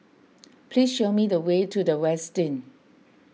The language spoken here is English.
please show me the way to the Westin